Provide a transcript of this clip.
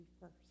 first